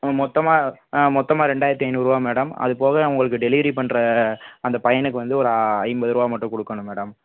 ம் மொத்தமாக ஆ மொத்தமாக ரெண்டாயிரத்தி ஐந்நூறுபா மேடம் அதுபோக உங்களுக்கு டெலிவரி பண்ணுற அந்த பையனுக்கு வந்து ஒரு அ ஐம்பதுரூபா மட்டும் கொடுக்கணும் மேடம்